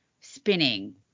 spinning